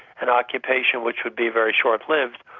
an occupation which would be very short-lived.